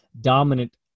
dominant